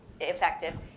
effective